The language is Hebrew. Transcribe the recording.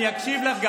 אני גם אקשיב לך.